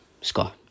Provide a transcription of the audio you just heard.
Scott